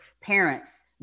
parents